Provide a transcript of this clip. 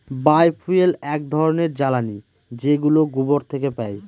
বায় fuel এক ধরনের জ্বালানী যেগুলো গোবর থেকে পাই